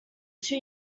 two